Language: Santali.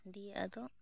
ᱫᱤᱭᱮ ᱟᱫᱚ